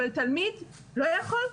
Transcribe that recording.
אבל תלמיד לא יכול?